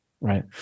Right